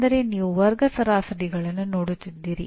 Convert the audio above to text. ಅಂದರೆ ನೀವು ವರ್ಗ ಸರಾಸರಿಗಳನ್ನು ನೋಡುತ್ತಿದ್ದೀರಿ